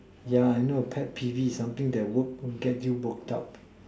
yeah I know pet peeve is something that get you work up